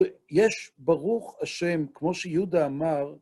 ויש, ברוך השם, כמו שיהודה אמר,